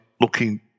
looking